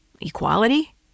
Equality